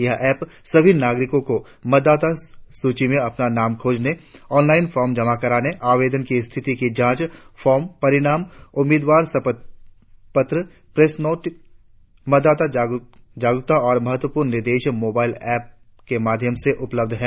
यह ऐप सभी नाग़रिकों को मतदाता सूची में अपना नाम खोजने ऑनलाइन फॉर्म जमा करने आवेदन की स्थिति की जांच फॉर्म परिणाम उम्मीदवार शपथ पत्र प्रेस नोट मतदाता जागरुकता और महत्वपूर्ण निर्देश मोबाइल ऐप के माध्यम से उपलब्ध हैं